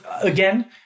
again